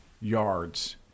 yards